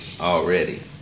Already